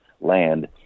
land